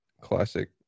classic